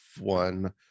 one